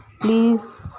please